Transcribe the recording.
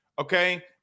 Okay